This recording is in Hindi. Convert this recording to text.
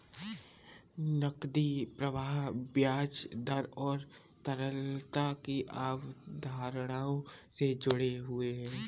नकदी प्रवाह ब्याज दर और तरलता की अवधारणाओं से जुड़े हुए हैं